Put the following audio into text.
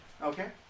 Okay